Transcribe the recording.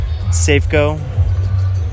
Safeco